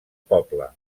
poble